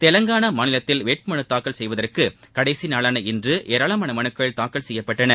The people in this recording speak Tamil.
தெலங்கானா மாநிலத்தில் வேட்புமனு தாக்கல் செய்வதற்கு கடைசி நாளான இன்று ஏராளமான மனுக்கள் தாக்கல் செய்யப்பட்டன